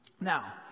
Now